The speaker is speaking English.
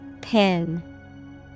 Pin